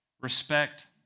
respect